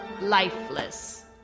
lifeless